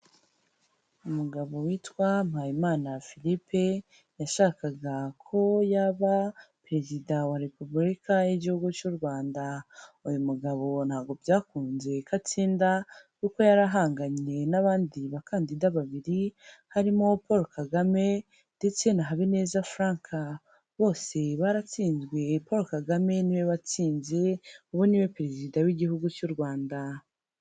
Umugabo witwa Mpayimana Philippe yashakaga ko yaba Perezida wa Repubulika y'Igihugu cy'u Rwanda. Uyu mugabo ntabwo byakunze ko atsinda, kuko yari ahanganye n'abandi bakandida babiri harimo Paul Kagame ndetse na Habineza Frank. Bose baratsinzwe Paul Kagame ni we watsinze, ubu ni we Perezida w'Igihugu cy'u Rwanda.